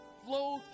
Flow